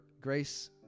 grace